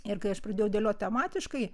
ir kai aš pradėjau dėliot tematiškai